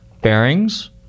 bearings